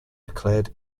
declared